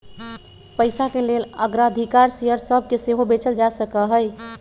पइसाके लेल अग्राधिकार शेयर सभके सेहो बेचल जा सकहइ